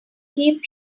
keep